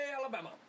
Alabama